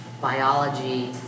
biology